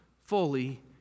fully